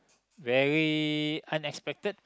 very unexpected